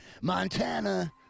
Montana